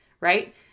right